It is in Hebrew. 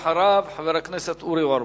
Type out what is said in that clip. ואחריו, חבר הכנסת אורי אורבך.